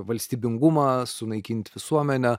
valstybingumą sunaikint visuomenę